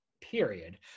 period